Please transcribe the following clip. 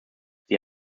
sie